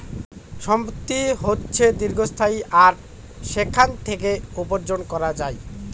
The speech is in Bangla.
সম্পত্তি হচ্ছে দীর্ঘস্থায়ী আর সেখান থেকে উপার্জন করা যায়